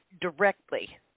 directly